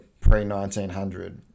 pre-1900